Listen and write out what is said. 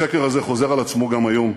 השקר הזה חוזר על עצמו גם היום.